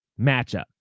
matchup